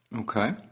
Okay